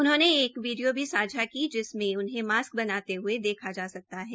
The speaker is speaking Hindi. उन्होंने एक वीडियो भी सांझा की जिसमें उन्हें मास्क बनाते ह्ये देखा जा सकता है